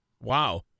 Wow